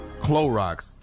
Clorox